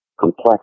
complex